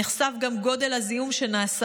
נחשף גם גודל הזיהום שנעשה